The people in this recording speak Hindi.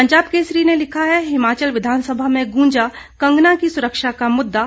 पंजाब केसरी ने लिखा है हिमाचल विधानसभा में गूंजा कंगना की सुरक्षा का मुददा